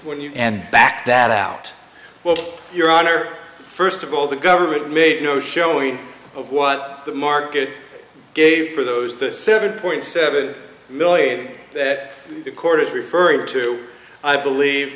when you and back that out well your honor first of all the government made no showing of what the market gave for those the seven point seven million that the court is referring to i believe